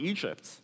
Egypt